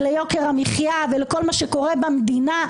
ליוקר המחיה ולכל מה שקורה במדינה,